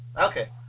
Okay